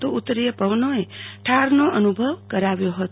તો ઉતરીય પવનોએ ઠારનો અનુભવ કરાવ્યો હતો